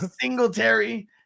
Singletary